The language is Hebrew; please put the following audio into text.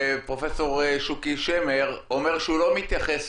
פרופסור שוקי שמר אומר שהוא לא מתייחס